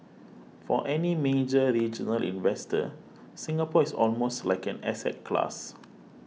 for any major regional investor Singapore is almost like an asset class